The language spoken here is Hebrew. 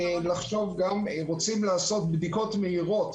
רוצים לעשות בדיקות מהירות.